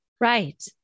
Right